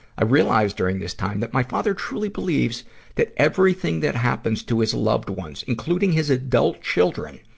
i realized during this time that my father truly believes that everything that happens to his loved ones, including his adult children,